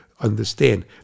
understand